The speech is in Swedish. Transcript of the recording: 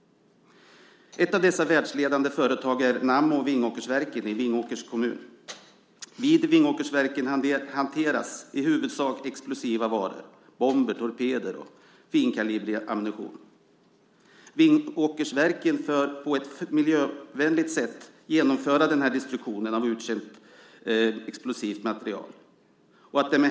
Ett av dessa världsledande företag är Nammo Vingåkersverken i Vingåkers kommun. Vid Vingåkersverken hanteras i huvudsak explosiva varor: bomber, torpeder och finkalibrig ammunition. Vingåkersverken arbetar för att på ett miljövänligt sätt genomföra den här destruktionen av uttjänt explosivt material.